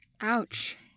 Ouch